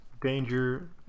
Danger